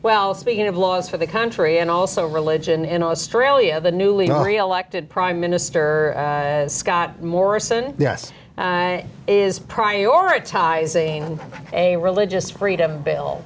well speaking of laws for the country and also religion in australia the newly elected prime minister scott morrison yes is prioritizing a religious freedom bill